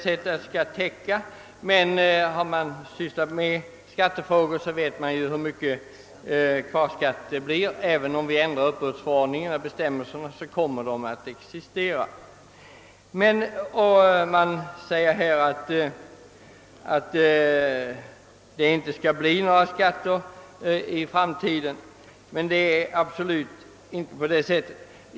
Har man sysslat med skattefrågor vet man emellertid hur lätt kvarskatt kan uppkomma. Även om vi ändrar uppbördsför ordningen kommer denna risk att existera. Men man säger här att det inte skall bli några sådana skatter i framtiden. Det förhåller sig emellertid absolut inte på det sättet.